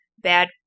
bad